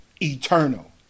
eternal